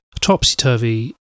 topsy-turvy